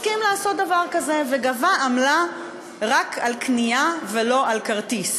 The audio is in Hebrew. הסכים לעשות דבר כזה וגבה עמלה רק על קנייה ולא על כרטיס.